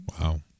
Wow